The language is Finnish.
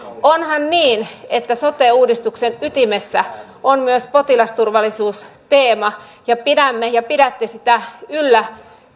onhan niin että sote uudistuksen ytimessä on myös potilasturvallisuus teema ja pidämme ja pidätte sitä esillä